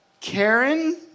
Karen